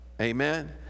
Amen